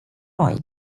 noi